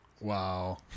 Wow